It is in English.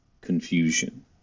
confusion